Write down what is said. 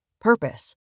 Purpose